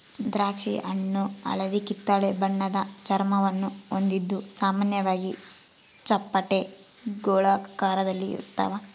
ದ್ರಾಕ್ಷಿಹಣ್ಣು ಹಳದಿಕಿತ್ತಳೆ ಬಣ್ಣದ ಚರ್ಮವನ್ನು ಹೊಂದಿದ್ದು ಸಾಮಾನ್ಯವಾಗಿ ಚಪ್ಪಟೆ ಗೋಳಾಕಾರದಲ್ಲಿರ್ತಾವ